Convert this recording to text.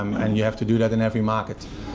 um and you have to do that in every market,